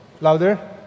Louder